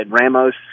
Ramos